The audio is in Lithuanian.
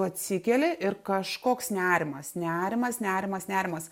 atsikeli ir kažkoks nerimas nerimas nerimas nerimas